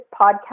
podcast